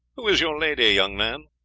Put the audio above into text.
who is your lady, young man?